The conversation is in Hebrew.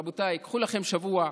רבותיי, קחו לכם שבוע,